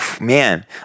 man